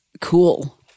cool